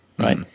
Right